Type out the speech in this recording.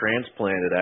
transplanted